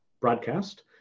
broadcast